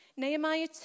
Nehemiah